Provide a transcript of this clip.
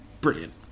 brilliant